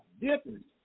Different